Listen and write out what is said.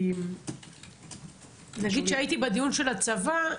כי נגיד כשהייתי בדיון של הצבא,